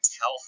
tell